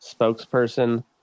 spokesperson